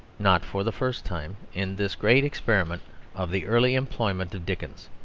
not for the first time, in this great experiment of the early employment of dickens.